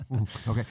Okay